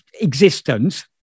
existence